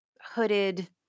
hooded